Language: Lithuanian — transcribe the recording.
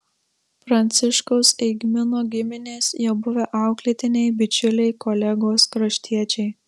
pranciškaus eigmino giminės jo buvę auklėtiniai bičiuliai kolegos kraštiečiai